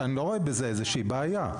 אני לא רואה בזה איזושהי בעיה.